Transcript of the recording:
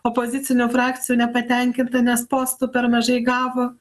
opozicinių frakcijų nepatenkinta nes postų per mažai gavo